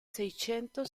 seicento